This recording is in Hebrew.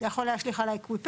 זה יכול להשליך על האקוויפרים,